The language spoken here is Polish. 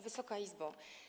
Wysoka Izbo!